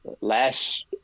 Last